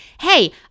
hey